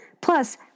Plus